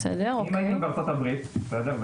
אם היינו בארצות הברית, בסדר?